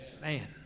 Man